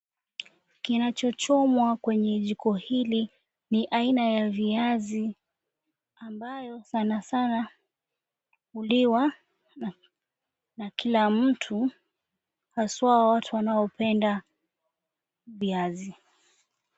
Kinachochomwa kwenye jiko hili ni aina ya viazi ambayo sana sana huliwa na kila mtu haswaa watu wanaopenda viazi.